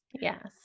Yes